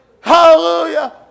Hallelujah